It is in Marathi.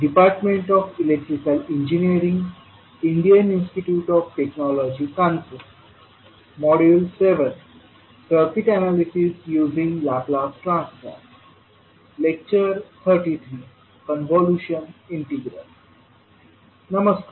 नमस्कार